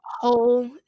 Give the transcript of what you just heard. whole